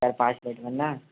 चारि पाँच पटवन ने